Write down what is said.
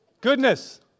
Goodness